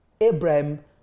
Abraham